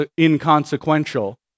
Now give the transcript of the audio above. inconsequential